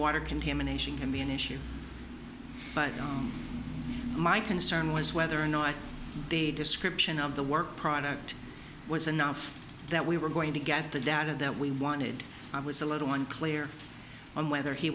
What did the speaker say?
water contamination can be an issue but my concern was whether or not a description of the work product was enough that we were going to get the data that we wanted i was a little unclear on whether he